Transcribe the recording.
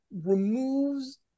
removes